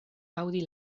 aŭdi